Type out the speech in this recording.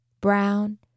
brown